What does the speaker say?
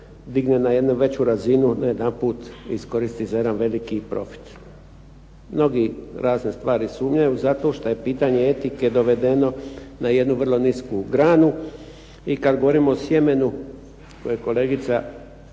na jednu veću razinu najedanput iskoristi za jedan veliki profit. Mnogi razne stvari sumnjaju zato šta je pitanje etike dovedeno na jednu vrlo nisku granu i kad govorimo o sjemenu, koji je kolegica